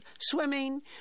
swimming